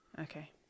Okay